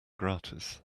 gratis